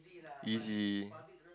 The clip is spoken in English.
easy